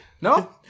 No